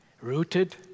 rooted